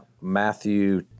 Matthew